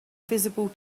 visible